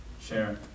share